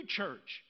church